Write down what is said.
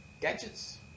Gadgets